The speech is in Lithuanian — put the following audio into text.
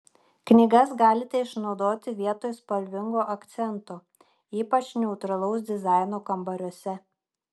knygas galite išnaudoti vietoj spalvingo akcento ypač neutralaus dizaino kambariuose